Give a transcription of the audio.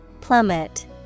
Plummet